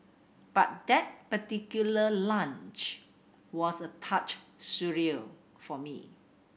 but that particular lunch was a touch surreal for me